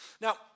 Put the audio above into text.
Now